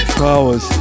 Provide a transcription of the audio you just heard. hours